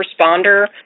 responder